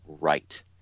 right